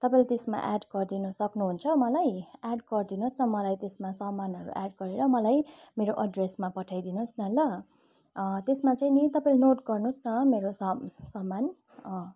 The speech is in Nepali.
तपाईँले त्यसमा एड गरिदिनु सक्नुहुन्छ मलाई एड गरिदिनुहोस् न मलाई त्यसमा सामानहरू एड गरेर मलाई मेरो अड्रेसमा पठाइदिनुहोस न ल त्यसमा चाहिँ नि तपाईँले नोट गर्नुहोस् न मेरो स सामान